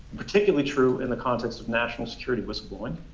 particularly true in the context of national security whistleblowing,